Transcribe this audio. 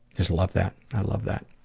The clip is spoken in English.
just love that. i love that.